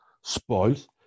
spoils